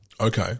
Okay